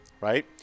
right